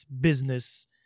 business